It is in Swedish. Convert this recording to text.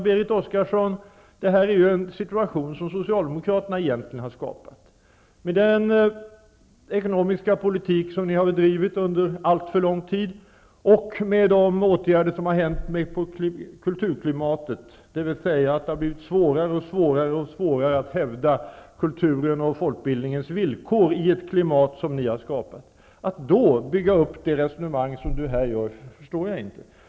Vi har ju en situation som socialdemokraterna egentligen har skapat, Berit Oscarsson. Den ekonomiska politik som ni har bedrivit under alltför lång tid har inverkat på kulturklimatet. Det har blivit svårare och svårare och svårare att hävda kulturens och folkbildningens villkor i det klimat som ni har skapat. Hur man då kan bygga upp ett resonemang så som Berit Oscarsson här gör, förstår jag inte.